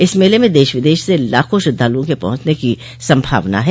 इस मेले में देश विदश से लाखों श्रद्धालुओं के पहुंचने की संभावना है